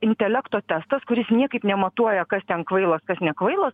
intelekto testas kuris niekaip nematuoja kas ten kvailas kad nekvailas